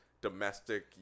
domestic